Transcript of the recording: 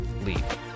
leave